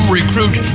recruit